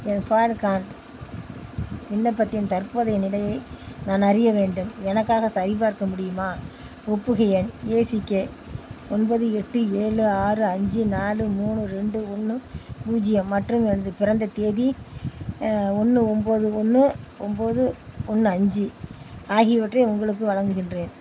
எனது PAN card விண்ணப்பத்தின் தற்போதைய நிலையை நான் அறிய வேண்டும் எனக்காக சரிபார்க்க முடியுமா ஒப்புகை எண் ஏசிகே ஒன்பது எட்டு ஏழு ஆறு அஞ்சு நாலு மூணு ரெண்டு ஒன்று பூஜ்ஜியம் மற்றும் எனது பிறந்த தேதி ஒன்று ஒம்பது ஒன்று ஒம்பது ஒன்று அஞ்சு ஆகியவற்றை உங்களுக்கு வழங்குகின்றேன்